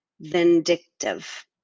vindictive